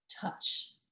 touch